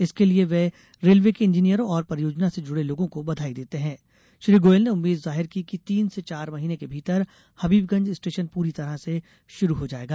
इसके लिये ये रेल्वे के इंजीनियरों और परियोजना से जुडे लोगों को बधाई देते हुए श्री गोयल ने उम्मीद जाहिर की कि तीन से चार महीने के भीतर हबीबगंज स्टेशन पूरी तरह से शुरू हो जायेगा